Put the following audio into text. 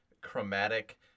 chromatic